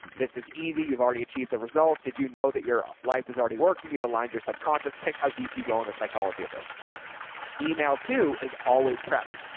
this is easy. you've already achieved the result. did you know that your ah life has already working? you've aligned your subconscious pick, how deep you go on the psychology of this email. two is always prep.